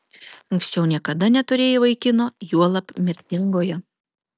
anksčiau niekada neturėjai vaikino juolab mirtingojo